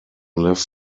lives